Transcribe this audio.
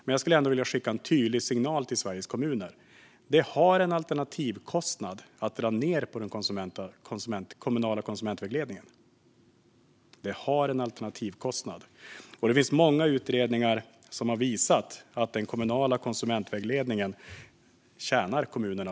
Men jag skulle ändå vilja skicka en tydlig signal till Sveriges kommuner: Det innebär en alternativkostnad att dra ned på den kommunala konsumentvägledningen. Det finns många utredningar som har visat att kommunerna tjänar på att ha den kommunala konsumentvägledningen. Fru talman!